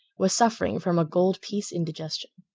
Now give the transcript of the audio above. was suffering from a gold-piece indigestion.